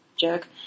Jerk